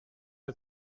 der